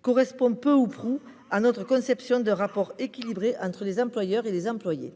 correspondent peu ou prou à notre conception d'un rapport équilibré entre les employeurs et les employés.